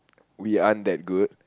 we aren't that good